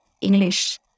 English